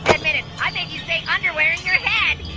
admit it. i made you say underwear in your head.